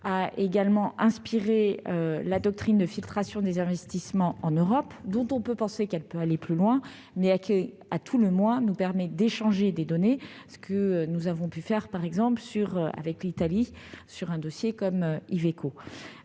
a aussi inspiré la doctrine de filtration des investissements en Europe, dont on peut penser qu'elle pourrait aller plus loin, mais qui, à tout le moins, nous permet d'échanger des données, comme nous avons pu le faire avec l'Italie, sur le dossier Iveco.